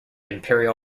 imperial